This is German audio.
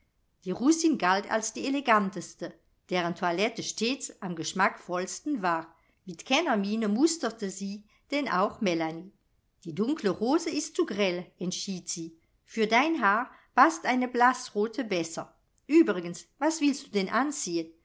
die russin galt als die eleganteste deren toilette stets am geschmackvollsten war mit kennermiene musterte sie denn auch melanie die dunkle rose ist zu grell entschied sie für dein haar paßt eine blaßrote besser uebrigens was willst du denn anziehen